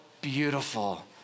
Beautiful